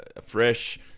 fresh